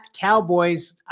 Cowboys